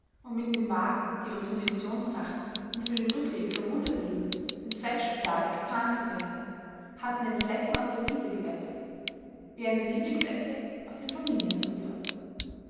um mit den wagen die uns munition brachten und für den rückweg verwundete luden ins feldspital gefahren zu werden hatten den flecken aus der wiese gewetzt wie eine lieblingsecke auf dem familiensopha